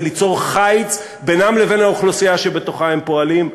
ליצור חיץ בינם לבין האוכלוסייה שבתוכה הם פועלים.